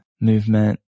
movement